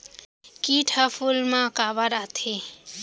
किट ह फूल मा काबर आथे?